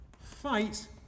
fight